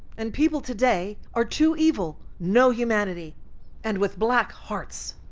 and people today are too evil, no humanity and with black hearts.